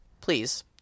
please